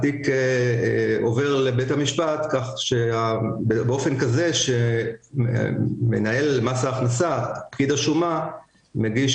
התיק עובר לבית המשפט באופן כזה שפקיד השומה מגיש